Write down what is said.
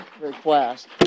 request